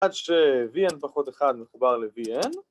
‫עד ש-VN פחות 1 מחובר ל-VN